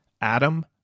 Adam